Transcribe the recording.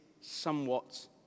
somewhat